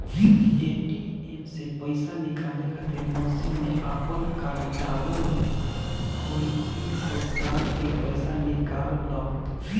ATM से पईसा निकाले खातिर मशीन में आपन कार्ड डालअ अउरी पिन कोड डालके पईसा निकाल लअ